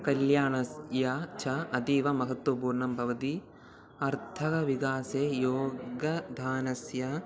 कल्याणस्य अतीव महत्वपूर्णं भवति आर्थिकविकासे योगदानस्य